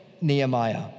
Nehemiah